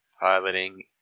piloting